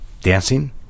Dancing